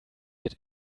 get